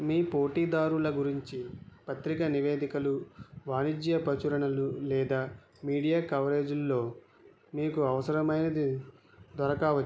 మీ పోటీదారుల గురించి పత్రికా నివేదికలు వాణిజ్య ప్రచురణలు లేదా మీడియా కవరేజిల్లో మీకు అవసరమైనది దొరకవచ్చు